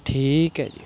ਠੀਕ ਹੈ ਜੀ